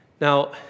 Now